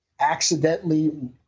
Accidentally